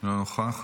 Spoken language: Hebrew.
אינו נוכח,